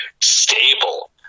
stable